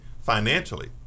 financially